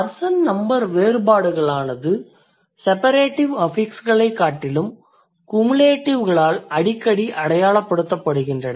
person number வேறுபாடுகளானது separative affix களைக் காட்டிலும் குமுலேடிவ் களால் அடிக்கடி அடையாளப்படுத்தப்படுகின்றன